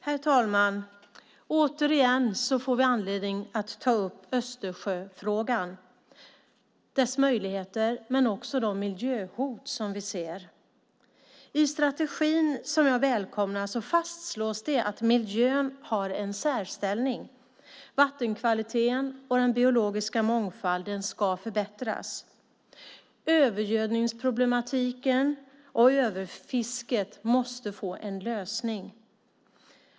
Herr talman! Återigen får vi anledning att ta upp Östersjöfrågan med dess möjligheter men också de miljöhot som vi ser. I strategin som jag välkomnar fastslås det att miljön har en särställning. Vattenkvaliteten och den biologiska mångfalden ska förbättras. Övergödningsproblematiken och överfisket måste få en lösning.